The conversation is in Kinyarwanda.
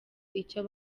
icyo